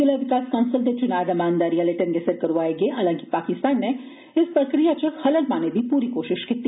जिला विकास कौंसल दे चुना रमानदारी आहले ढंगै सिर करोआए गए हालांकि पाकिस्तान नै इस प्रक्रिया च खल्ल पाने दी कोशिश बी कीती